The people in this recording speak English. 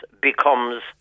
becomes